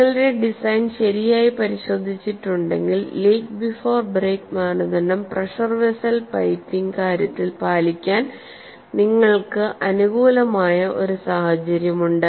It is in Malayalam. നിങ്ങളുടെ ഡിസൈൻ ശരിയായി പരിശോധിച്ചിട്ടുണ്ടെങ്കിൽ ലീക്ക് ബിഫോർ ബ്രേക്ക് മാനദണ്ഡം പ്രെഷർ വെസൽ പൈപ്പിങ് കാര്യത്തിൽ പാലിക്കാൻ നിങ്ങൾക്ക് അനുകൂലമായ ഒരു സാഹചര്യമുണ്ട്